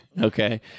okay